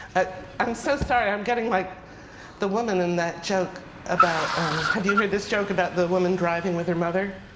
i'm so sorry. i'm getting like the woman in that joke about have you heard this joke about the woman driving with her mother?